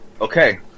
Okay